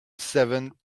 seven